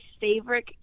favorite